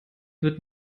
wird